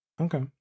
Okay